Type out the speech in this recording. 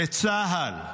לצה"ל,